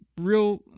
real